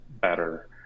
better